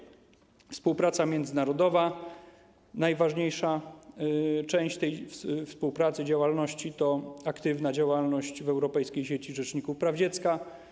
Jeśli chodzi o współpracę międzynarodową, to najważniejsza część tej współpracy, działalności to aktywna działalność w Europejskiej Sieci Rzeczników Praw Dziecka.